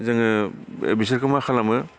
जोङो बिसोरखौ मा खालामो